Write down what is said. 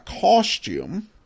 costume